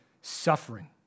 suffering